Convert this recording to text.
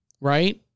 right